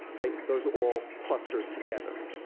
those all cluster together,